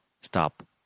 stop